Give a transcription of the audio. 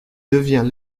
devient